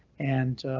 and